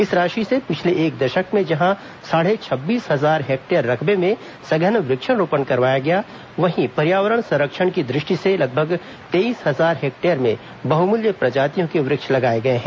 इस राशि से पिछले एक दशक में जहां साढ़े छब्बीस हजार हेक्टेयर रकबे में सघन वृक्षारोपण करवाया गया है वहीं पर्यावरण संरक्षण की दृष्टि से लगभग तेईस हजार हेक्टेयर में बहुमूल्य प्रजातियों के वृक्ष लगाए गए हैं